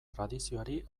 tradizioari